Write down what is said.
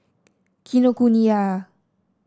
Kinokuniya